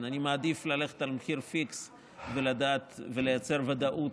אני מעדיף ללכת על מחיר פיקס ולדעת ולייצר ודאות